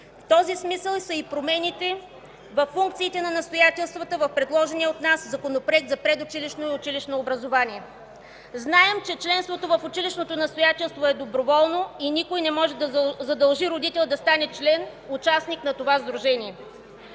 В този смисъл са и промените във функциите на настоятелствата в предложения от нас Законопроект за предучилищно и училищно образование. Знаем, че членството в училищното настоятелство е доброволно и никой не може да задължи родител да стане член, участник на това сдружение.